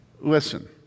listen